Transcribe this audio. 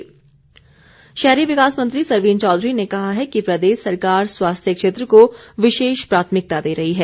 सरवीण शहरी विकास मंत्री सरवीण चौधरी ने कहा है कि प्रदेश सरकार स्वास्थ्य क्षेत्र को विशेष प्राथमिकता दे रही है